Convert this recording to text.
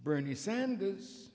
bernie sanders